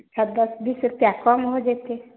अच्छा दस बीस रुपैआ कम हो जेतै